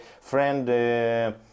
friend